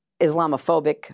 Islamophobic